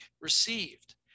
received